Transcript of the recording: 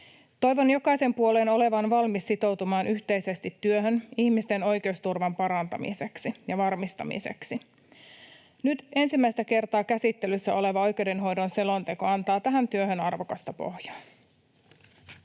Toivon jokaisen puolueen olevan valmis sitoutumaan yhteisesti työhön ihmisten oikeusturvan parantamiseksi ja varmistamiseksi. Nyt ensimmäistä kertaa käsittelyssä oleva oikeudenhoidon selonteko antaa tähän työhön arvokasta pohjaa.